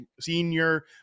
senior